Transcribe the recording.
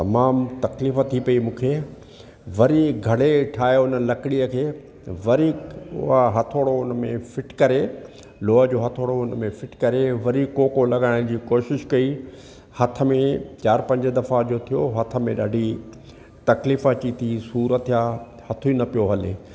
तमामु तकलीफ़ थी पई मूंखे वरी घणे ठाही उन लकड़ीअ खे वरी उहा हथोड़ो उन में फिट करे लोह जो हथोड़ो उन में फिट करे वरी कोको लॻाइण जी कोशिशि कई हथ में चारि पंज दफ़ा जो थियो हथ में ॾाढी तकलीफ़ अची थी सूर थिया हथ ई न पियो हले